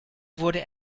wurde